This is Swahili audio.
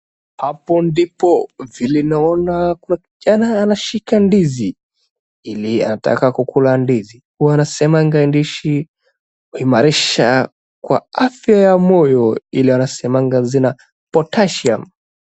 Hapo ndipo vile naona kuna kijana anashika ndizi ili anataka kukula ndizi. Huwa nasemanga ndizi huimarisha kwa afya ya moyo. Ile anasemanga zina potassium .